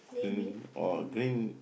green or green